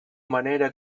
manera